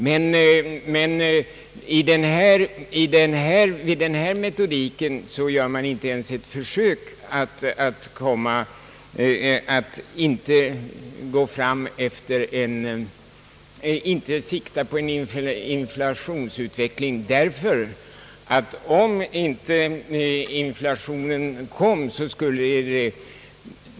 Men vid denna metodik gör man inte ens ett försök att betala tillbaka utan att ta hänsyn till inflationsutvecklingen.